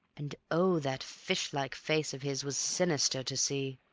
and oh, that fishlike face of his was sinister to see